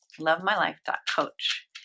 lovemylife.coach